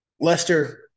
Lester